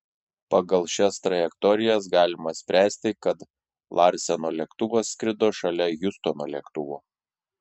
pagal šias trajektorijas galima spręsti kad larseno lėktuvas skrido šalia hiustono lėktuvo